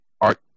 art